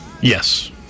Yes